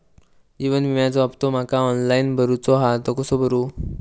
जीवन विम्याचो हफ्तो माका ऑनलाइन भरूचो हा तो कसो भरू?